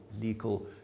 legal